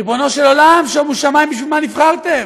ריבונו של עולם, שומו שמים, בשביל מה נבחרתם?